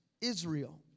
Israel